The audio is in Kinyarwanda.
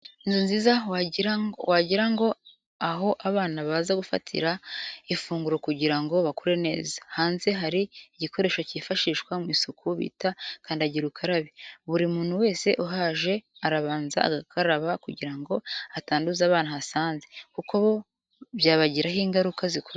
Inzu nziza wagira ngo aho abana baza gufatira ifunguro kugira ngo bakure neza, hanze hari igikoresho cyifashishwa mu isuku bita kandagira ukarabe, buri muntu wese uhaje arabanza agakaraba kugira ngo atanduza abana ahasanze, kuko bo byabagiraho ingaruka zikomeye cyane.